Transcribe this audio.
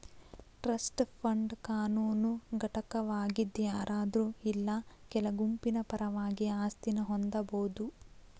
trust fund ಕಾನೂನು ಘಟಕವಾಗಿದ್ ಯಾರಾದ್ರು ಇಲ್ಲಾ ಕೆಲ ಗುಂಪಿನ ಪರವಾಗಿ ಆಸ್ತಿನ ಹೊಂದಬೋದು